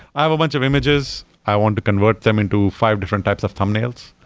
i have a bunch of images. i want to convert them into five different types of thumbnails.